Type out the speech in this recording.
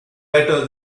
better